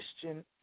Christian